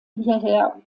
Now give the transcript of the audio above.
hierher